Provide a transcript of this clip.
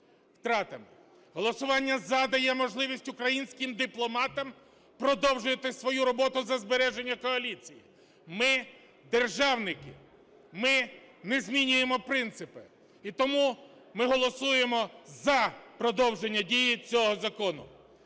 Голосування "за" дає можливість українським дипломатам продовжити свою роботу за збереження коаліції. Ми – державники. Ми – не змінюємо принципи. І тому ми голосуємо "за" продовження дії цього закону.